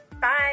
Bye